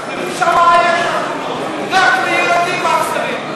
רק לילדים מתאכזרים.